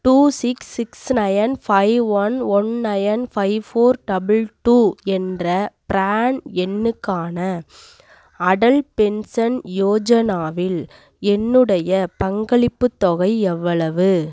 two six six nine five one one nine five four double two என்ற PRAN எண்ணுக்கான Atal pension யோஜனாவில் என்னுடைய பங்களிப்புத் தொகை எவ்வளவு